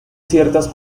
ciertas